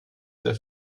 sehr